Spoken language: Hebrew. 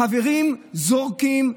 חברים זורקים?